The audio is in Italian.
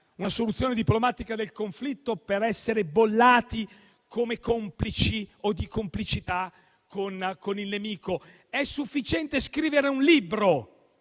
una soluzione diplomatica del conflitto per essere bollati di complicità con il nemico. È sufficiente scrivere un libro